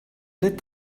lit